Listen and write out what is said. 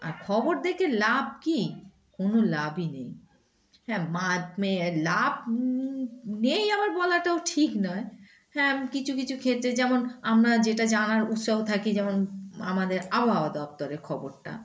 আর খবর দেখে লাভ কী কোনো লাভই নেই হ্যাঁ মা মেয়ে লাভ নেই আমার বলাটাও ঠিক নয় হ্যাঁ কিছু কিছু ক্ষেত্রে যেমন আমরা যেটা জানার উৎসাহ থাকি যেমন আমাদের আবহাওয়া দপ্তরের খবরটা